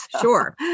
Sure